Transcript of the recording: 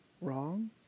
wrong